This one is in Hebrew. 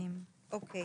אני